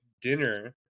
dinner